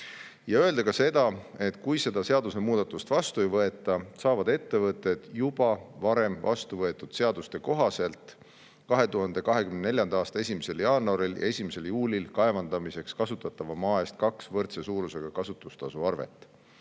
on] öelda ka seda, et kui seda seadusemuudatust vastu ei võeta, saavad ettevõtted juba varem vastu võetud seaduste kohaselt 2024. aasta 1. jaanuaril ja 1. juulil kaevandamiseks kasutatava maa eest kaks võrdse suurusega kasutustasu arvet.